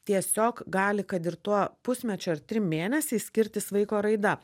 tiesiog gali kad ir tuo pusmečiu ar trim mėnesiais skirtis vaiko raida